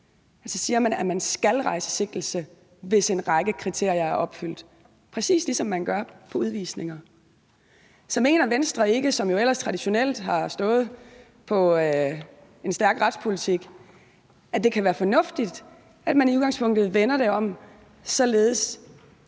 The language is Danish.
man, at man skal rejse sigtelse, hvis en række kriterier er opfyldt, præcis ligesom man gør i forhold til udvisninger. Så mener Venstre ikke, som jo som parti ellers traditionelt har stået på en stærk retspolitik, at det kan være fornuftigt, at man i udgangspunktet vender det om, således